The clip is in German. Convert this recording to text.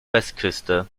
westküste